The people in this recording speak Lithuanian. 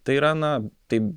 tai yra na taip